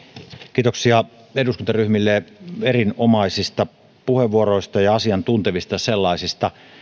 kiitoksia eduskuntaryhmille erinomaisista puheenvuoroista asiantuntevista sellaisista